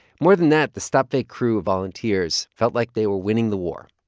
more than that, the stopfake crew of volunteers felt like they were winning the war,